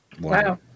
Wow